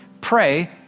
pray